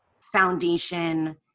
foundation